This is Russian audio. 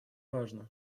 важно